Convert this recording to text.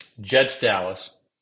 Jets-Dallas